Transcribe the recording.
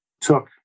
took